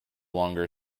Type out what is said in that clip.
longer